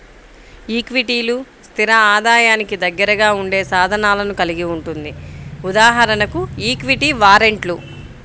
ఈక్విటీలు, స్థిర ఆదాయానికి దగ్గరగా ఉండే సాధనాలను కలిగి ఉంటుంది.ఉదాహరణకు ఈక్విటీ వారెంట్లు